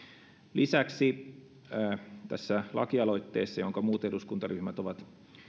lisäksi tässä lakialoitteessa jonka muut eduskuntaryhmät ovat